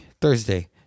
Thursday